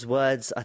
words